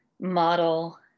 model